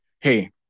hey